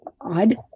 odd